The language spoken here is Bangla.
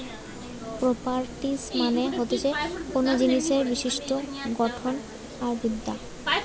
প্রোপারটিস মানে হতিছে কোনো জিনিসের বিশিষ্ট গঠন আর বিদ্যা